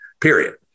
period